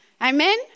Amen